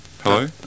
Hello